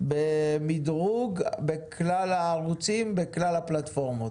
במדרוג בכלל הערוצים, בכלל הפלטפורמות,